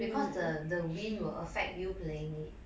because the the wind will affect you playing it